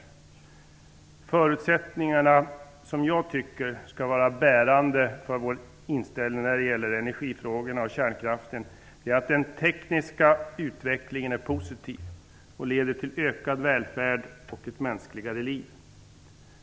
De förutsättningar som jag tycker skall vara bärande för vår inställning till energifrågorna och kärnkraften är för det första att den tekniska utvecklingen är positiv och leder till ökad välfärd och ett mänskligare liv.